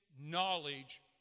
knowledge